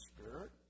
Spirit